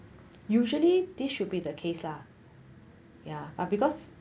usually this should be the case lah ya but because